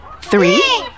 Three